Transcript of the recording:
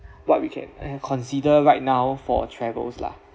what we can uh consider right now for travels lah